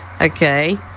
okay